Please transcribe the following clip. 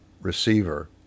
receiver